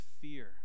fear